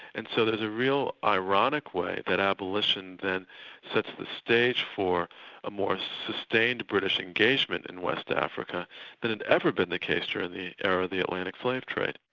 and so there's a real ironic way that abolition then sets the stage for a more sustained british engagement in west africa than had ever been the case during the era of the atlantic slave trade.